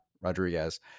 Rodriguez